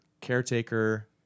caretaker